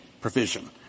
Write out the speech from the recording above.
provision